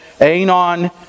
Anon